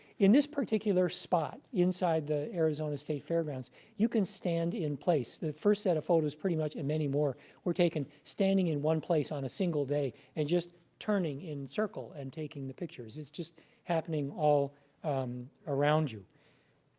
in this particular spot, inside the arizona state fairgrounds, you can stand in place. the first set of photos pretty much and many more were taken standing in one place on a single day and just turning in a circle and taking the pictures. it's just happening all around you.